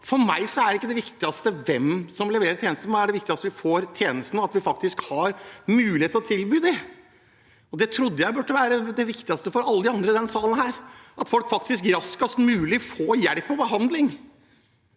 For meg er ikke det viktigste hvem som leverer tjenestene. Det viktigste er at vi får tjenesten, at vi faktisk har mulighet til å tilby det. Det trodde jeg burde være det viktigste for alle i denne sal, at folk faktisk raskest mulig får hjelp og behandling,